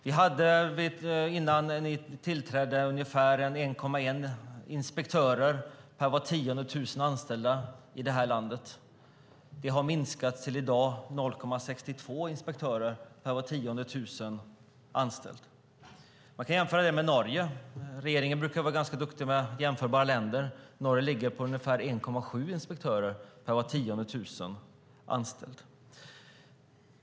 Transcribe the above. Vi hade innan ni tillträdde ungefär 1,1 inspektörer per 10 000 anställda i det här landet. Det har minskat till att i dag vara 0,62 inspektörer per 10 000 anställda. Man kan jämföra med Norge - regeringen brukar vara rätt duktig på att jämföra med andra länder - där man har ungefär 1,7 inspektörer per 10 000 anställda.